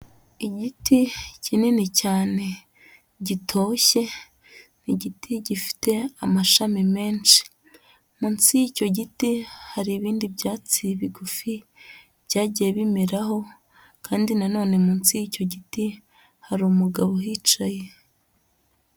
Igiti kinini cyane gitoshye, ni igiti gifite amashami menshi. Munsi y'icyo giti, hari ibindi byatsi bigufi byagiye bimeraho kandi nanone munsi y'icyo giti, hari umugabo uhicaye.